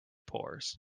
pours